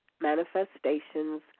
Manifestations